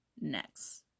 next